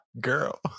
girl